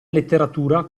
letteratura